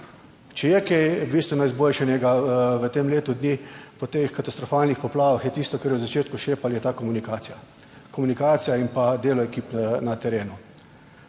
Če je kaj bistveno izboljšanega v tem letu dni po teh katastrofalnih poplavah, je tisto, kar je v začetku šepali, je ta komunikacija, komunikacija in pa delo ekipe na terenu.